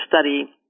study